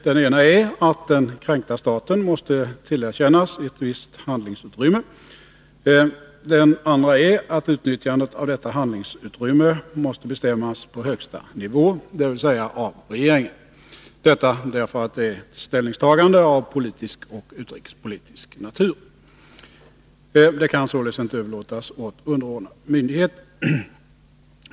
Den ena är att den kränkta staten måste tillerkännas ett visst handlingsutrymme. Den andra är att utnyttjandet av detta handlingsutrymme måste bestämmas på Nr 145 högsta nivå, dvs. av regeringen. Detta därför att det är ställningstaganden av Onsdagen den politisk och utrikespolitisk natur. De kan således inte överlåtas åt underord 12 maj 1982 nade myndigheter.